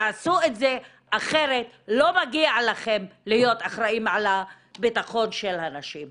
תעשו את זה אחרת לא מגיע לכם להיות אחראים על הביטחון של הנשים.